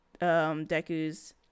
Deku's